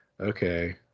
okay